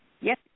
Yes